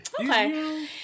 okay